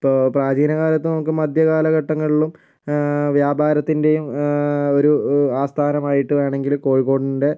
ഇപ്പോൾ പ്രാചീന കാലത്തും നമുക്ക് മധ്യ കാലഘട്ടങ്ങളിലും വ്യാപാരത്തിൻ്റെയും ഒരു ആസ്ഥാനമായിട്ട് വേണമെങ്കില് കോഴിക്കോടിൻ്റെ